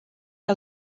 que